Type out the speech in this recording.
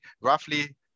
roughly